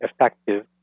effective